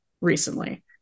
recently